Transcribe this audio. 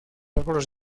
árboles